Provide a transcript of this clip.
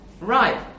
Right